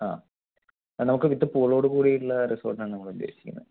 ആ അത് നമുക്ക് വിത്ത് പൂളോട് കൂടിയിട്ടുള്ള റിസോട്ടാണ് നമ്മളുദ്ദേശിക്കുന്നത്